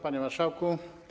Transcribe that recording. Panie Marszałku!